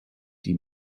die